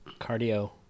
cardio